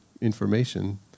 information